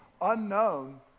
unknown